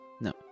No